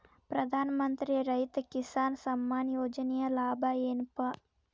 ಪ್ರಧಾನಮಂತ್ರಿ ರೈತ ಕಿಸಾನ್ ಸಮ್ಮಾನ ಯೋಜನೆಯ ಲಾಭ ಏನಪಾ?